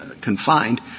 confined